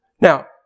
Now